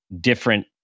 different